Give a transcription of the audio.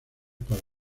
para